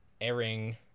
airing